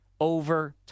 over